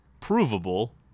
provable